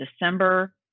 December